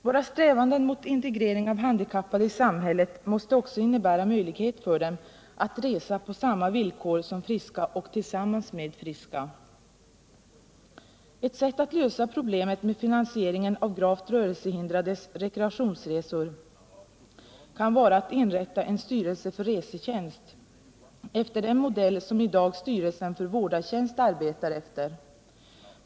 Våra strävanden mot integrering av handikappade i samhället måste också innebära möjlighet för dem att resa på samma villkor som friska och tillsammans med friska. Ett sätt att lösa problemet med finansieringen av gravt rörelsehindrades rekreationsresor kan vara att inrätta en ”styrelse för resetjänst” efter den modell som i dag styrelsen för vårdartjänst arbetar efter.